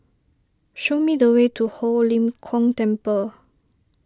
show me the way to Ho Lim Kong Temple